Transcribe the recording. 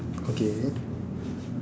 okay